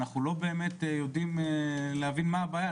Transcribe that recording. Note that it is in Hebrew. אנחנו לא באמת יודעים להבין מה הבעיה.